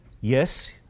yes